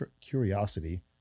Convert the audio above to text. Curiosity